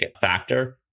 factor